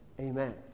Amen